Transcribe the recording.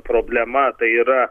problema tai yra